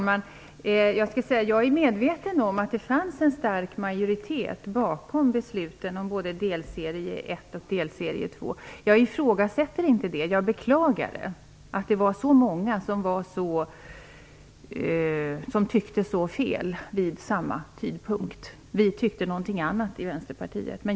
Fru talman! Jag är medveten om att det fanns en stark majoritet bakom besluten både om delserie 1 och om delserie 2. Jag ifrågasätter inte det, men jag beklagar att det var så många som tyckte så fel vid samma tidpunkt. Vi tyckte någonting annat i Vänsterpartiet.